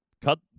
cut